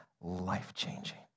life-changing